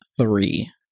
three